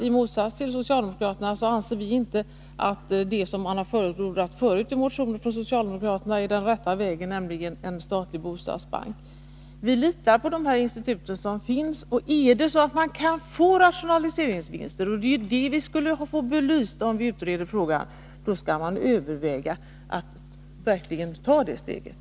I motsats till socialdemokraterna anser vi inte att det som socialdemokraterna tidigare i motioner har förordat — en statlig bostadsbank — är den rätta vägen. Kjell Mattsson berörde detta, och även jag vill trycka på det. Vi litar på de institut som finns. Om man kan få rationaliseringsvinster, och det är ju det vi skulle få belyst om vi utreder frågan, skall man överväga att verkligen ta det steget.